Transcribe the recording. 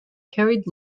carried